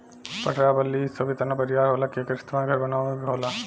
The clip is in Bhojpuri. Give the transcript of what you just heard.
पटरा आ बल्ली इ सब इतना बरियार होला कि एकर इस्तमाल घर बनावे मे भी होला